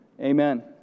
amen